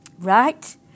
right